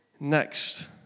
next